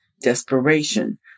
desperation